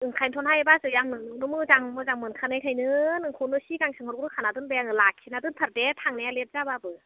ओंखायनोथ'हाय बाजै आं नोंनावनो मोजां मोजां मोनोखायोखायनो नोंखौनो सिगां सोंहरग्रोखाना दोनबाय आङो लाखिना दोनथार दे थांनाया लेट जाब्लाबो